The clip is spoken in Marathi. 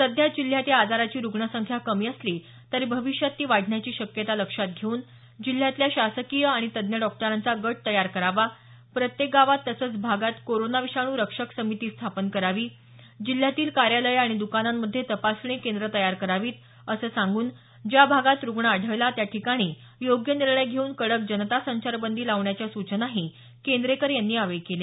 सध्या जिल्ह्यात या आजाराची रुग्णसंख्या कमी असली तरी भविष्यात ती वाढण्याची शक्यता लक्षात घेवून जिल्ह्यातल्या शासकीय आणि तज्ज्ञ डॉक्टरांचा गट तयार करावा प्रत्येक गावात तसंच भागात कोरोना विषाणू रक्षक समिती स्थापन करावी जिल्ह्यातील कार्यालयं आणि द्कानांमध्ये तपासणी केंद्रं तयार करावीत असं सांगून ज्या भागात रुग्ण आढळला त्याठिकाणी योग्य निर्णय घेवून कडक जनता संचारबंदी लावण्याच्या सूचनाही केंद्रेकर यांनी यावेळी केल्या